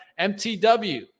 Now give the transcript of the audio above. MTW